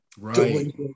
right